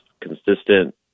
consistent